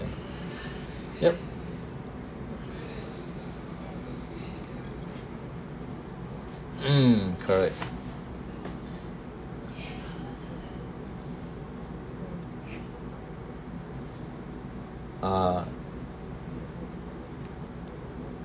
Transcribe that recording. yup um correct uh